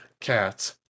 Cats